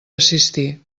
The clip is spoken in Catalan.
assistir